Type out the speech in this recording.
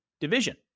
division